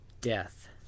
death